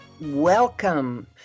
Welcome